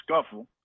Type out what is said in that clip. scuffle